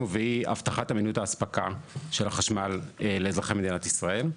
והיא הבטחת אמינות האספקה של החשמל לאזרחי ישראל.